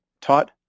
taught